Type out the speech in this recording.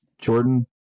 Jordan